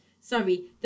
sorry